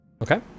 Okay